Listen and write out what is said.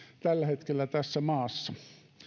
tällä hetkellä tässä maassa